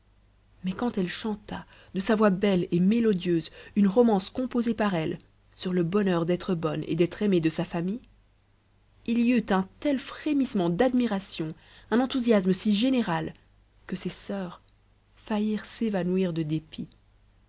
mais quand elle chanta de sa voix belle et mélodieuse une romance composée par elle sur le bonheur d'être bonne et d'être aimée de sa famille il y eut un tel frémissement d'admiration un enthousiasme si général que ses soeurs faillirent s'évanouir de dépit